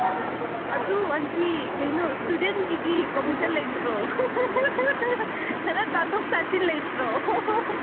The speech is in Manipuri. ꯑꯥ ꯑꯥ ꯑꯗꯨ ꯑꯟꯇꯤ ꯀꯩꯅꯣ ꯏꯁꯇꯨꯗꯦꯟꯒꯤꯗꯤ ꯀꯝꯃꯤꯁꯟ ꯂꯩꯇ꯭ꯔꯣ ꯈꯔ ꯇꯥꯊꯣꯛ ꯇꯥꯁꯤꯟ ꯂꯩꯇ꯭ꯔꯣ